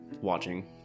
watching